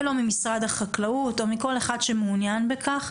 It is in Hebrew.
ולא ממשרד החקלאות או מכל אחד שמעוניין בכך,